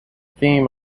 theme